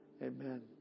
Amen